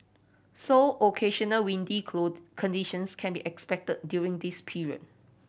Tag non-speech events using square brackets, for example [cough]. so occasional windy [unintelligible] conditions can be expect during this period